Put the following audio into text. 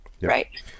Right